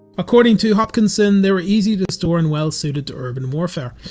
according to hopkinson, they were easy to store and well suited to urban warfare.